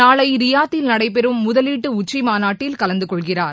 நாளை ரியாதில் நடைபெறும் முதலீட்டு உச்சிமாநாட்டில் கலந்துகொள்கிறார்